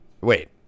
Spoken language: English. Wait